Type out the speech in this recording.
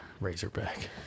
Razorback